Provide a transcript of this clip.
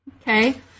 Okay